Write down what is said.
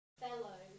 fellow